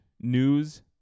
news